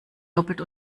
doppelt